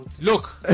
Look